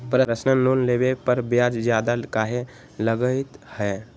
Personal loan लेबे पर ब्याज ज्यादा काहे लागईत है?